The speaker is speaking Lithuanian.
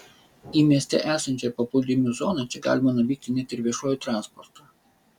į mieste esančią paplūdimių zoną čia galima nuvykti net ir viešuoju transportu